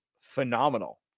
phenomenal